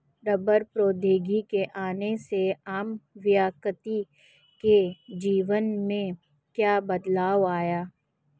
रबड़ प्रौद्योगिकी के आने से आम व्यक्ति के जीवन में क्या बदलाव आया?